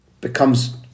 becomes